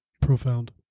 profound